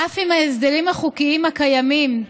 אף אם ההסדרים החוקיים הקיימים,